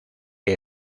que